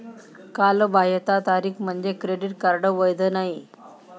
कालबाह्यता तारीख म्हणजे क्रेडिट कार्ड वैध नाही